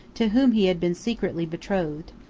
to whom he had been secretly betrothed.